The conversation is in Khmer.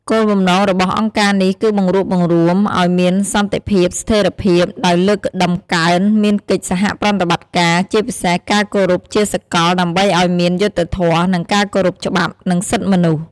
គោលបំណងរបស់ អង្គការនេះគឺបង្រួបបង្រួមអោយមានសន្តិភាព ស្ថេរភាព ដោយលើកតំកើងមានកិច្ចសហប្រតិបត្តិការ ជាពិសេសការគោរពជាសកល ដើម្បីអោយមាន យុត្តិធម៌ មានការគោរពច្បាប់ និងសិទ្ធិមនុស្ស។